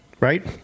Right